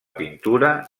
pintura